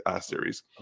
series